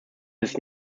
des